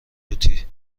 لوتی